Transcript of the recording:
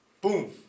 boom